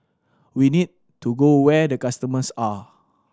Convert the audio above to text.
we need to go where the customers are